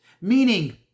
meaning